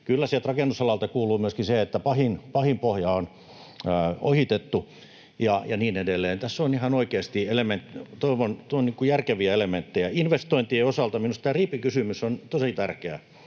kyllä sieltä rakennusalalta kuuluu myöskin se, että pahin pohja on ohitettu, ja niin edelleen. Tässä on ihan oikeasti tullut järkeviä elementtejä. Investointien osalta minusta Riipin kysymys on tosi tärkeä: